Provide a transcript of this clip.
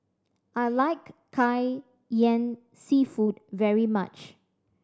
I like kai yan seafood very much